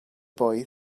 boy